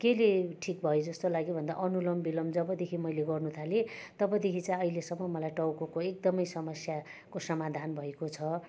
केले ठिक भयो जस्तो लाग्यो भन्दा अनुलोम विलोम जबदेखि मैले गर्नुथालेँ तबदेखि चाहिँ अहिलेसम्म मलाई टाउकोको एकदमै समस्याको समाधान भएको छ